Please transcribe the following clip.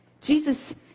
Jesus